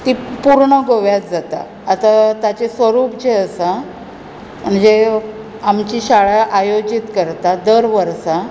ती पुर्ण गोव्यात जाता आतां ताचें स्वरूप जें आसा म्हणजे आमची शाळा आयोजीत करता दर वर्सा